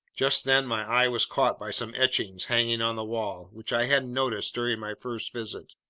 just then my eye was caught by some etchings hanging on the wall, which i hadn't noticed during my first visit.